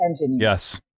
Yes